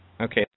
Okay